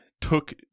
took